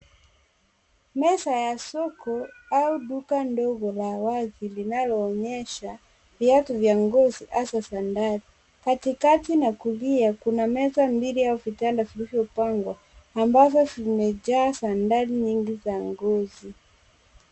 Meza ya soko au duka ndogo la wazi, linaloonyesha, viatu vya ngozi hasa champali. Katikati na kulia, kuna meza mbili au vitanda, vilivyopangwa, ambavyo vimejaa champali nyingi za ngozi.